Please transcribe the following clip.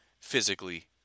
physically